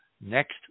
next